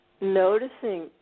noticing